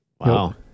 wow